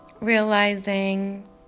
realizing